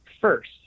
first